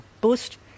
boost